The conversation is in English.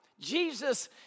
Jesus